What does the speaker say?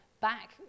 back